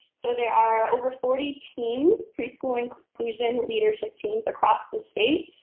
so there are over forty teams, preschool inclusion leadership teams across the state.